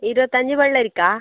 ഇരുപത്തഞ്ച് വെള്ളരിക്ക